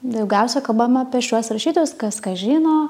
daugiausia kalbam apie šiuos rašytojus kas ką žino